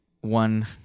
one